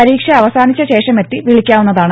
പരീക്ഷ അവസാനിച്ച ശേഷമെത്തി വിളിക്കാവുന്നതാണ്